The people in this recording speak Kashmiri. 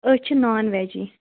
أسۍ چھِ نان ویٚجی